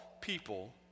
people